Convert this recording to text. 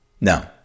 no